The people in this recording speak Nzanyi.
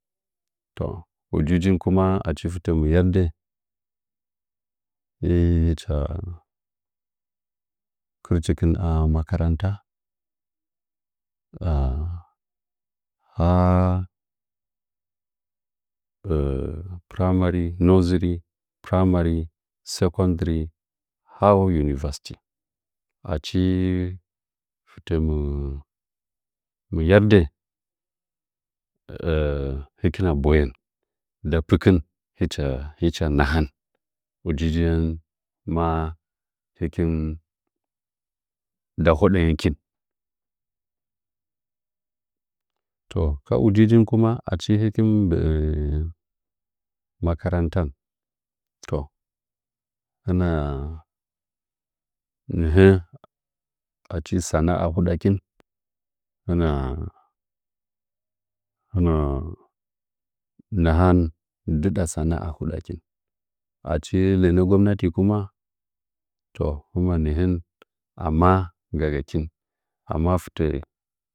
To ujiujin kuma achi fətəmɨ yerdə hɨcha pukə tɨkin a makaranta primary nursery primary secondary har university achi fɨtə mɨ yeddə hɨkina boyen nda pɨkɨn hɨcha nahan ujin maa hɨn nda hodəngəkin toh ko ujiujin kuma achi hɨkin mɨ gbə'ə makarantan toh hɨna nɨhə'ə achi sana'a hudakin hɨna hɨna nahan ndɨɗa sana'a huɗakin achi lənə gomnati kuma to humwa nəhən amma gəgikin amma fitə.